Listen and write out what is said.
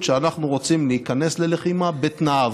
שאנחנו רוצים להיכנס ללחימה בתנאיו.